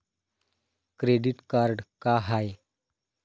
Credit card का हाय?